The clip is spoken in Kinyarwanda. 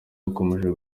bakomeje